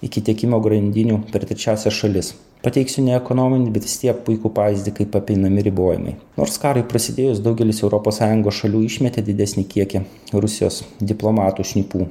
iki tiekimo grandinių per trečiąsias šalis pateiksiu ne ekonominį bet vis tiek puikų pavyzdį kaip apeinami ribojimai nors karui prasidėjus daugelis europos sąjungos šalių išmetė didesnį kiekį rusijos diplomatų šnipų